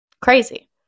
Crazy